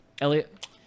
Elliot